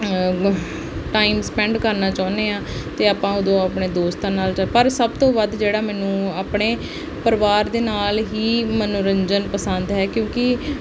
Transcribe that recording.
time spend ਕਰਨਾ ਚਾਹੁੰਦੇ ਹਾਂ ਅਤੇ ਆਪਾਂ ਉਦੋਂ ਆਪਣੇ ਦੋਸਤਾਂ ਨਾਲ ਪਰ ਸਭ ਤੋਂ ਵੱਧ ਜਿਹੜਾ ਮੈਨੂੰ ਆਪਣੇ ਪਰਿਵਾਰ ਦੇ ਨਾਲ ਹੀ ਮਨੋਰੰਜਨ ਪਸੰਦ ਹੈ ਕਿਉਂਕਿ